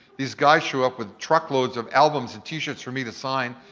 these guys show up with truckloads of albums and t-shirts for me to sign,